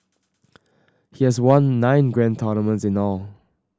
he has won nine grand tournaments in all